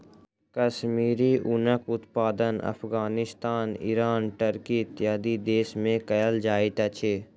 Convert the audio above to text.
कश्मीरी ऊनक उत्पादन Afghanistan, Iran, Turkey, इत्यादि देश में कयल जाइत अछि